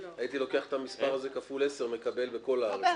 הייתי לוקח את המספר הזה כפול 10 ומקבל בכל הארץ.